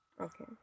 Okay